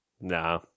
nah